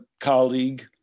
colleague